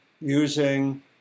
using